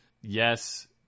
yes